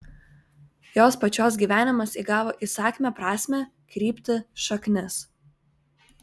jos pačios gyvenimas įgavo įsakmią prasmę kryptį šaknis